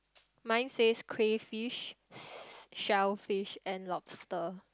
mine says crayfish shellfish and lobster